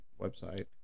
website